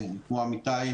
כמו אמיתי,